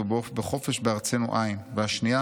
וחופש בארצנו אַיִן.